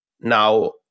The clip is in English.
now